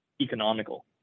economical